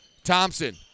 Thompson